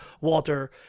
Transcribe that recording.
Walter